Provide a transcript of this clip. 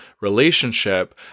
relationship